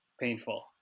painful